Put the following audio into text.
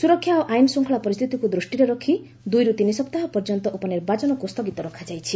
ସୁରକ୍ଷା ଓ ଆଇନଶୃଙ୍ଖଳା ପରିସ୍ଥିତିକୁ ଦୃଷ୍ଟିରେ ରଖି ଦୁଇରୁ ତିନି ସପ୍ତାହ ପର୍ଯ୍ୟନ୍ତ ଉପନିର୍ବାଚନକୁ ସ୍ଥଗିତ ରଖାଯାଇଛି